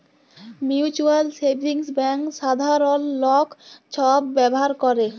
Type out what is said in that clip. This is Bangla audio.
মিউচ্যুয়াল সেভিংস ব্যাংক সাধারল লক ছব ব্যাভার ক্যরে